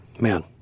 Man